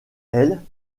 elles